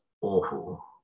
awful